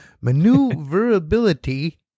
Maneuverability